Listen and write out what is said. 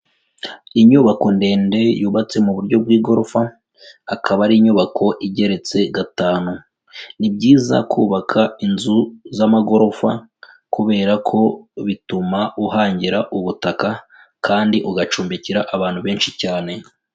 Inyubako ndende yubatse mu buryo bw'igorofa, akaba ari inyubako igeretse gatanu, ni byiza kubaka inzu z'amagorofa kubera ko bituma uhangira ubutaka kandi ugacumbikira abantu benshi cyane.